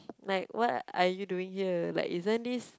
like what are you doing here like isn't this